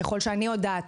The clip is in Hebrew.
ככל שאני יודעת,